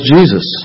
Jesus